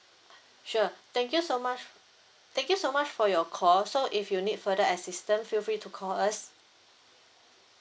sure thank you so much thank you so much for your call so if you need further assistance feel free to call us